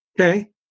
Okay